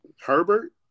Herbert